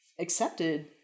accepted